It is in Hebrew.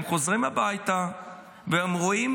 הם חוזרים הביתה והם רואים,